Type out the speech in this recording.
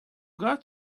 got